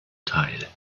teil